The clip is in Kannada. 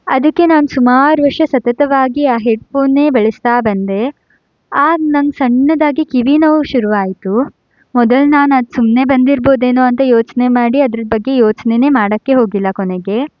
ಅದಕ್ಕೆ ನಾನು ಸುಮಾರು ವರ್ಷ ಸತತವಾಗಿ ಆ ಹೆಡ್ಫೋನ್ನೇ ಬಳ್ಸ್ತಾ ಬಂದೆ ಆಗ ನನಗೆ ಸಣ್ಣದಾಗಿ ಕಿವಿ ನೋವು ಶುರುವಾಯಿತು ಮೊದಲು ನಾನು ಅದು ಸುಮ್ಮನೆ ಬಂದಿರ್ಬೋದೇನೋ ಅಂತ ಯೋಚನೆ ಮಾಡಿ ಅದರ ಬಗ್ಗೆ ಯೋಚನೇನೇ ಮಾಡೋಕ್ಕೇ ಹೋಗಿಲ್ಲ ಕೊನೆಗೆ